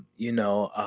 you know